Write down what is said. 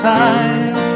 time